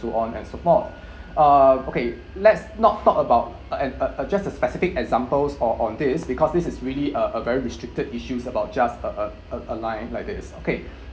so on and so forth uh okay let's not talk about uh and uh adjust the specific examples or on this because this is really a a very restricted issues about just uh uh a a line like this okay